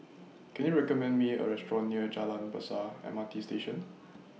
Can YOU recommend Me A Restaurant near Jalan Besar M R T Station